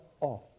off